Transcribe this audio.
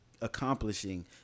accomplishing